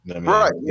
Right